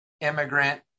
immigrant